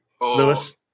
Lewis